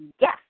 Yes